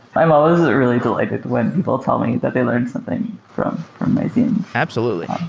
i'm always really delighted when people tell me that they learned something from from my zines absolutely.